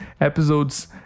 episodes